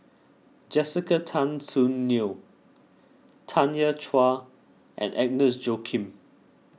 Jessica Tan Soon Neo Tanya Chua and Agnes Joaquim